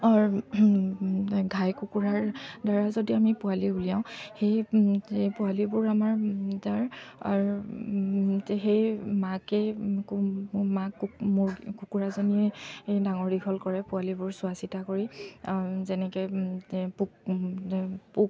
ঘাই কুকুৰাৰদ্বাৰা যদি আমি পোৱালি উলিয়াওঁ সেই পোৱালিবোৰ আমাৰ তাৰ সেই মাকেই মাক মূৰ্গী কুকুৰাজনীয়ে সেই ডাঙৰ দীঘল কৰে পোৱালিবোৰ চোৱা চিতা কৰি যেনেকৈ পোক পোক